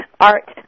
art